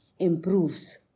improves